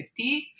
50